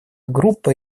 группа